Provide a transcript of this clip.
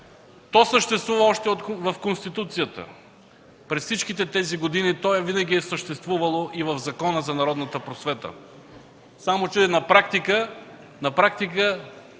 То съществува още в Конституцията. През всичките тези години то винаги е съществувало и в Закона за народната просвета, само че на практика учебниците